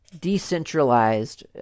decentralized